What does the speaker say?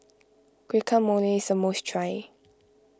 Guacamole is a must try